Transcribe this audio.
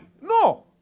No